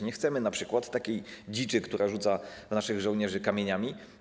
Nie chcemy np. dziczy, która rzuca w naszych żołnierzy kamieniami.